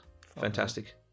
Fantastic